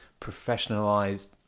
professionalized